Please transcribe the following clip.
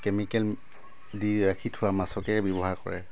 chemical দি ৰাখি থোৱা মাছকে ব্যৱহাৰ কৰে